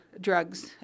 drugs